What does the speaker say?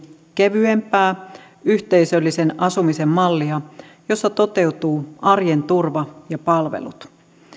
kevyempää yhteisöllisen asumisen mallia jossa toteutuvat arjen turva ja palvelut